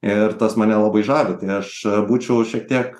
ir tas mane labai žavi tai aš būčiau šiek tiek